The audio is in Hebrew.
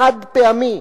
חד-פעמי,